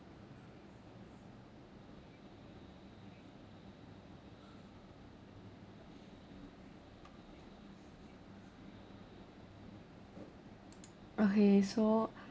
okay so